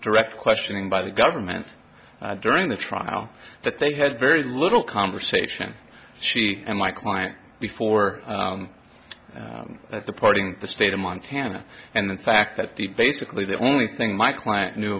direct questioning by the government during the trial that they had very little conversation she and my client before the party the state of montana and the fact that the basically the only thing my client knew